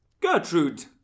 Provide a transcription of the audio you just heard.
Gertrude